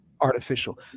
artificial